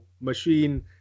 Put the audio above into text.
machine